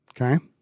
Okay